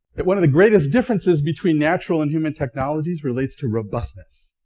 yet one of the greatest differences between natural and human technologies relates to robustness.